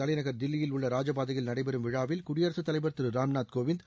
தலைநகர் தில்லியில் உள்ள ராஜபாதையில் நடைபெறும் விழாவில் குடியரசுத் தலைவர் திரு ராம்நாத் கோவிந்த்